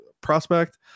prospect